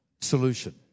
solution